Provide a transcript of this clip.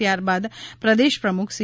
ત્યારબાદ પ્રદેશ પ્રમુખ સી